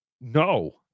no